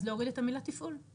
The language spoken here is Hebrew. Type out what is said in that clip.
אז להוריד את המילה תפעול.